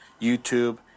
YouTube